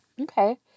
Okay